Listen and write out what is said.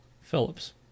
Phillips